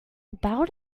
about